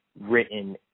written